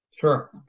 Sure